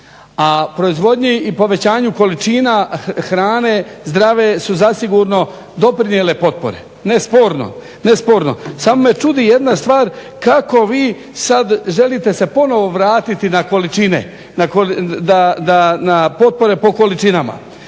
a proizvodnji i povećanju količina hrane zdrave su zasigurno doprinijele potpore nesporno. Samo me čudi jedna stvar, kako vi sad želite se ponovo vratiti na količine, na potpore po količinama.